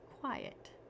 quiet